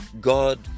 God